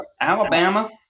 Alabama